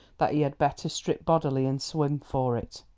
that he had better strip bodily and swim for it.